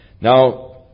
Now